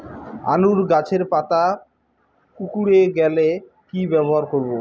আলুর গাছের পাতা কুকরে গেলে কি ব্যবহার করব?